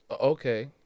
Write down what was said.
Okay